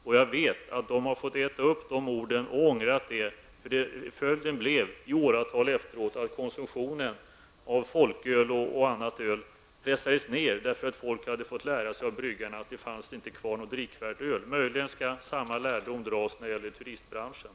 Jag vet att bryggerinäringen har fått äta upp de orden och ångra sig. Följden blev under många år att konsumtionen av folköl och annat öl pressades ned. Folk hade fått lära sig av bryggarna att det inte fanns kvar något drickvärt öl. Möjligen skall samma lärdom dras när det gäller turistbranschen.